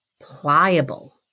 pliable